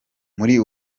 muri